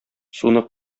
суны